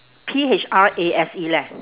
P H R A S E leh